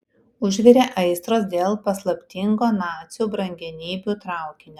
užvirė aistros dėl paslaptingo nacių brangenybių traukinio